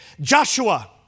Joshua